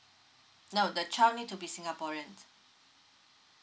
no the child need to be singaporean